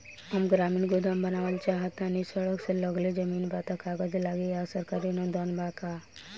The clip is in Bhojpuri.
हम ग्रामीण गोदाम बनावल चाहतानी और सड़क से लगले जमीन बा त का कागज लागी आ सरकारी अनुदान बा का?